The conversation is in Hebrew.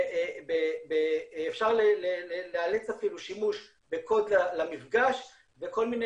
אפשר לאלץ אפילו שימוש בקוד למפגש וכל מיני